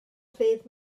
ddydd